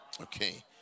Okay